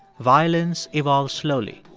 violence evolves slowly.